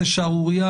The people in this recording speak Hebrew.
זה שערורייה,